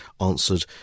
answered